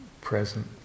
present